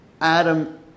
Adam